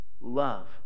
love